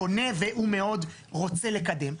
קונה והוא מאוד רוצה לקדם.